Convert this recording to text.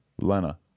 Lena